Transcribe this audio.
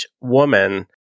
woman